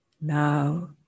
now